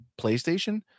PlayStation